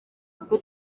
kuko